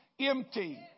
empty